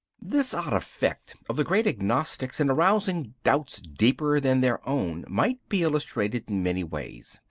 this odd effect of the great agnostics in arousing doubts deeper than their own might be illustrated in many ways.